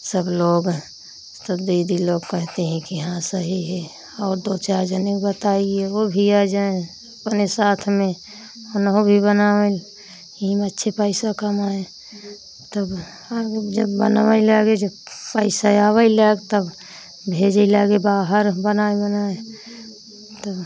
सब लोग सब दीदी लोग कहती हैं कि हाँ सही है और दो चार जन के बताइए वह भी आ जाए अपने साथ में ओनहु भी बनावैं यही में अच्छे पैसा कमाएँ तब आगे जब बनवे लागे जब पैसा आवै लाग तब भेजै लागे बाहर हं बनाए बनाए तब